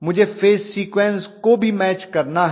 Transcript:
मुझे phase sequence को भी मैच करना है